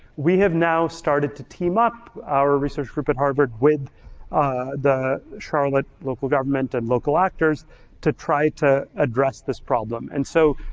we have now started to team up our research group of harvard with the charlotte local government and local actors to try to address this problem. and so,